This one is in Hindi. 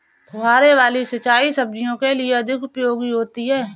फुहारे वाली सिंचाई सब्जियों के लिए अधिक उपयोगी होती है?